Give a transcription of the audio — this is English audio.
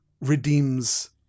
redeems